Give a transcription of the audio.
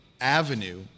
avenue